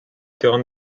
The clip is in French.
terrain